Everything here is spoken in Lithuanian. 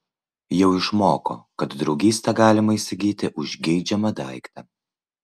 jau išmoko kad draugystę galima įsigyti už geidžiamą daiktą